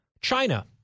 China